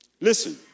Listen